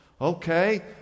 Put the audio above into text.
okay